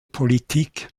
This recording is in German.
politik